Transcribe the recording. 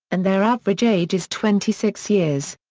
and their average age is twenty six years.